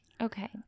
Okay